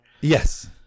yes